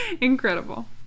Incredible